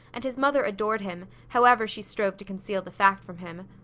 and his mother adored him, however she strove to conceal the fact from him.